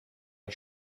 ich